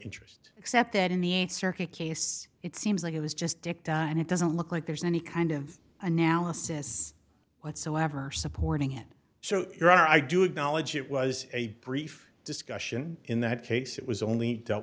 interest except that in the th circuit case it seems like it was just dicta and it doesn't look like there's any kind of analysis whatsoever supporting it so there i do acknowledge it was a brief discussion in that case it was only dealt